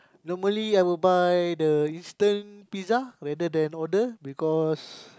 normally I will buy the instant pizza rather than order because